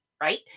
right